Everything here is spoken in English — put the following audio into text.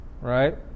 right